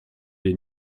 les